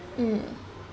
mm